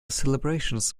celebrations